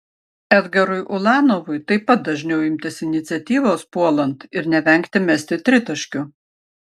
edgarui ulanovui taip pat dažniau imtis iniciatyvos puolant ir nevengti mesti tritaškių